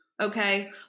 Okay